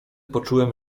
poczułem